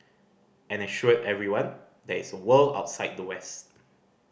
and assured everyone there is a world outside the west